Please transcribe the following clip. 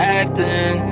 acting